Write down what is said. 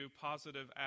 positive